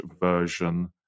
version